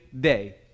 day